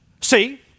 See